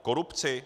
Korupci?